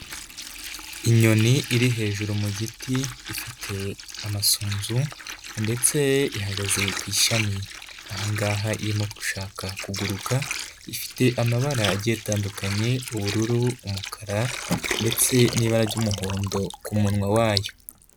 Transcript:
Inyoni iri hejuru mu giti ifite amasunzu ndetse ihagaze ku ishami, aha ngaha irimo gushaka kuguruka, ifite amabara agiye atandukanye ubururu, umukara ndetse n'ibara ry'umuhondo ku munwa wayo.